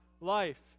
life